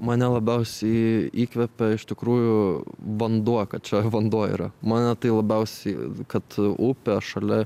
mane labiausiai įkvepia iš tikrųjų vanduo kad čia vanduo yra mane tai labiausiai kad upė šalia